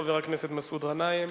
חבר הכנסת מסעוד גנאים,